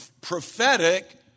prophetic